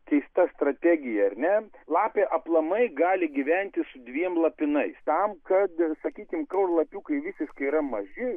keista strategija ar ne lapė aplamai gali gyventi su dviem lapinais tam kad sakykim kol lapiukai visiškai yra maži